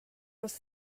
was